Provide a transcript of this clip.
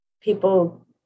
people